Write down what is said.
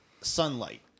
sunlight